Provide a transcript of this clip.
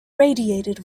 radiated